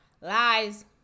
Lies